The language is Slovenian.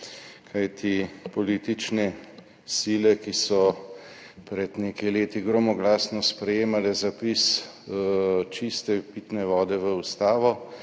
kajti politične sile, ki so pred nekaj leti gromoglasno sprejemale zapis čiste pitne vode v ustavo,